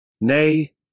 Nay